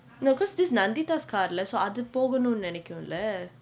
no because this nandita card இல்லே:illae so அது போகணும் நினைக்கும் லே:athu pokanum ninaikkum le